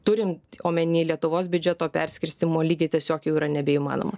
turint omeny lietuvos biudžeto perskirstymo lygiai tiesiog jau yra nebeįmanoma